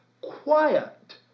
quiet